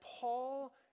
Paul